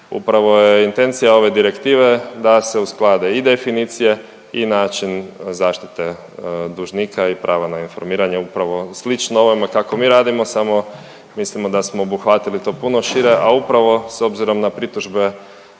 Upravo je intencija ove direktive da se usklade i definicije i način zaštite dužnika i prava na informiranje upravo slično ovome kako mi radimo samo mislimo da smo obuhvatili to puno šire, a upravo s obzirom na pritužbe